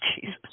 Jesus